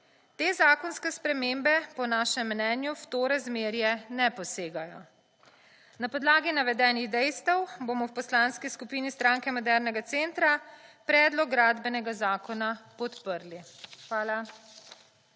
Te zakonske spremembe, po našem mnenju, v to razmerje ne posegajo. Na podlagi navedenih dejstev bomo v Poslanski skupini Stranke modernega centra predlog gradbenega zakona podprli. Hvala.